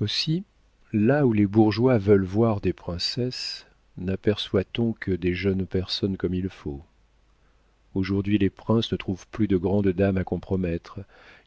aussi là où les bourgeois veulent voir des princesses naperçoit on que des jeunes personnes comme il faut aujourd'hui les princes ne trouvent plus de grandes dames à compromettre